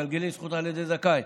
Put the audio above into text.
"מגלגלין זכות על ידי זכאי".